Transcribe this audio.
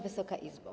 Wysoka Izbo!